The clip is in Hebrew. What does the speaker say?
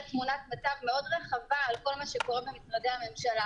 תמונת מצב מאוד רחבה על כל מה שקורה במשרדי הממשלה.